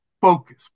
focus